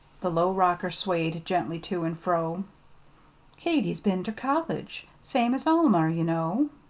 the low rocker swayed gently to and fro katy's been ter college, same as alma, ye know.